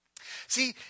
See